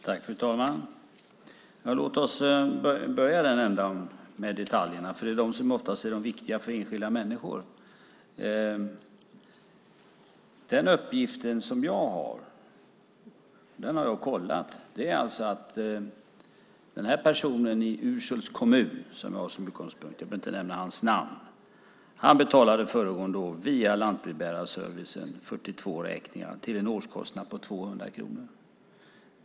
Fru talman! Låt oss börja i den ändan, med detaljerna. De är ofta det viktiga för enskilda människor. Den uppgift jag har, och den har jag kollat, är att den här personen i Urshult som jag har som utgångspunkt - jag behöver inte nämna hans namn - föregående år betalade 42 räkningar via lantbrevbärarservicen till en årskostnad på 200 kronor.